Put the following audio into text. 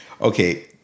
okay